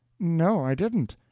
no, i didn't!